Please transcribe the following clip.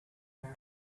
marry